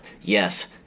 Yes